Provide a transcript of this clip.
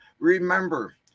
Remember